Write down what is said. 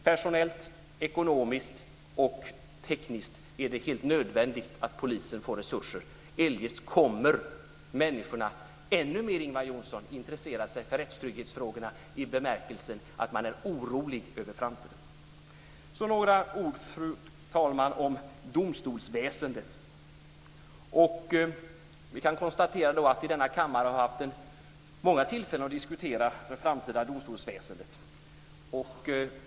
Personellt, ekonomiskt och tekniskt är det helt nödvändigt att polisen får resurser. Eljest kommer människorna ännu mer, Ingvar Johnsson, att intressera sig för rättstrygghetsfrågorna i den bemärkelsen att man är orolig inför framtiden. Så några ord, fru talman, om domstolsväsendet. Vi kan konstatera att vi i denna kammare har haft många tillfällen att diskutera det framtida domstolsväsendet.